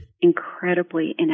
incredibly